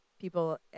people